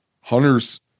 hunters